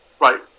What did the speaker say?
Right